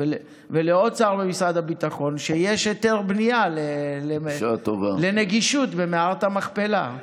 ולעוד שר במשרד הביטחון שיש היתר בנייה לנגישות במערת המכפלה.